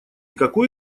какой